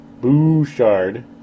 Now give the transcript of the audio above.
Bouchard